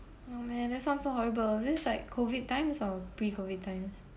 no man then sounds so horrible is this like COVID times of pre-COVID times